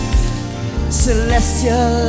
Celestial